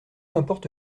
importe